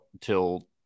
till